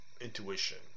intuition